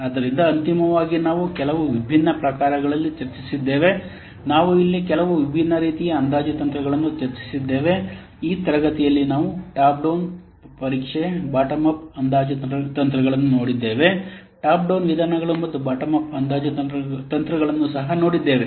ಆದ್ದರಿಂದ ಅಂತಿಮವಾಗಿ ನಾವು ಕೆಲವು ವಿಭಿನ್ನ ಪ್ರಕಾರಗಳನ್ನು ಚರ್ಚಿಸಿದ್ದೇವೆ ನಾವು ಇಲ್ಲಿ ಕೆಲವು ವಿಭಿನ್ನ ರೀತಿಯ ಅಂದಾಜು ತಂತ್ರಗಳನ್ನು ಚರ್ಚಿಸಿದ್ದೇವೆ ಈ ತರಗತಿಯಲ್ಲಿ ನಾವು ಟಾಪ್ ಡೌನ್ ಪರೀಕ್ಷೆ ಮತ್ತು ಬಾಟಮ್ ಅಪ್ ಅಂದಾಜು ತಂತ್ರಗಳನ್ನು ನೋಡಿದ್ದೇವೆ ಟಾಪ್ ಡೌನ್ ವಿಧಾನಗಳು ಮತ್ತು ಬಾಟಮ್ ಅಪ್ ಅಂದಾಜು ತಂತ್ರಗಳನ್ನು ಸಹ ಹೋಲಿಸಿದ್ದೇವೆ